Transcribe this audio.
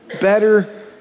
better